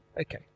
Okay